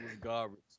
garbage